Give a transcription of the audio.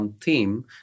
theme